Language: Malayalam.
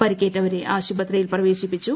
പരിക്കേറ്റവരെ ആശുപിതിയിൽ പ്രവേശിപ്പിച്ചു